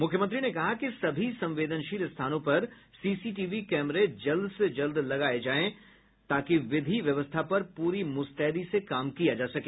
मुख्यमंत्री ने कहा कि सभी संवेदनशील स्थानों पर सीसीटीवी कैमरे जल्द से जल्द लगाया जाए ताकि विधि व्यवस्था पर पूरी मुस्तैदी से काम किया जा सके